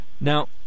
Now